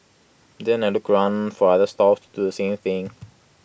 and then I'll look around for other stalls to do the same thing